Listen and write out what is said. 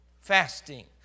fasting